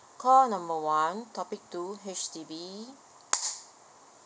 call number one topic two H_D_B